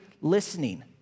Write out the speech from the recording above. listening